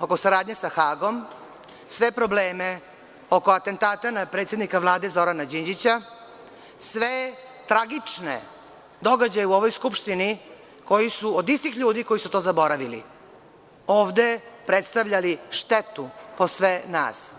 oko saradnje sa Hagom, sve probleme oko atentata na predsednika Vlade Zorana Đinđića, sve tragične događaje u ovoj Skupštini od istih ljudi koji su to zaboravili, ovde predstavljali štetu po sve nas.